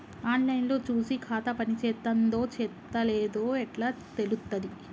On line లో చూసి ఖాతా పనిచేత్తందో చేత్తలేదో ఎట్లా తెలుత్తది?